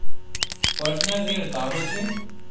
Personal ऋण का होथे?